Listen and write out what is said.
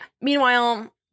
Meanwhile